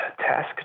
task